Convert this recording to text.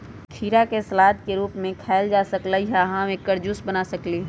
खीरा के सलाद के रूप में खायल जा सकलई ह आ हम एकर जूस बना सकली ह